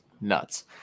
nuts